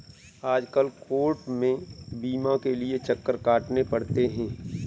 आजकल कोर्ट में बीमा के लिये चक्कर काटने पड़ते हैं